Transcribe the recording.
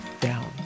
down